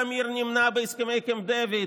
שמיר נמנע בהסכמי קמפ דיוויד,